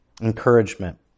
encouragement